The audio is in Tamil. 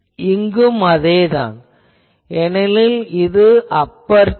இங்கும் அதேதான் உள்ளது ஏனெனில் இது அபெர்சர்